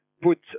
put